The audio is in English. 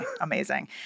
amazing